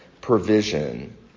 provision